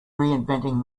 reinventing